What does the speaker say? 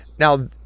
Now